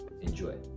Enjoy